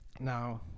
Now